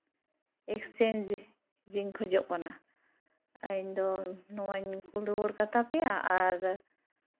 exchange ᱤᱧ ᱠᱷᱚᱡᱚᱜ ᱠᱟᱱᱟ ᱤᱧᱫᱚ ᱱᱚᱣᱟᱧ ᱠᱳᱞ ᱨᱩᱣᱟᱹᱲ ᱠᱟᱛᱟ ᱯᱮᱭᱟ ᱟᱨ